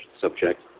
subject